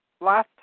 last